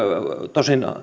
tosin